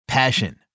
Passion